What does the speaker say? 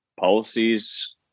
policies